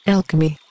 Alchemy